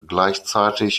gleichzeitig